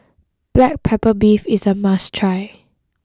Black Pepper Beef is a must try